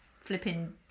Flipping